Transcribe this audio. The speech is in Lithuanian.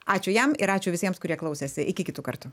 ačiū jam ir ačiū visiems kurie klausėsi iki kitų kartų